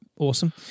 Awesome